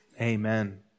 Amen